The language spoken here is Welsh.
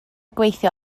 gweithio